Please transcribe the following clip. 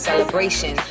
celebration